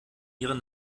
ihre